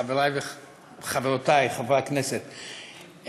חברי וחברותי חברי הכנסת,